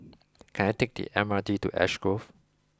can I take the M R T to Ash Grove